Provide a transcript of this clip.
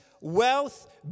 wealth